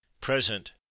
Present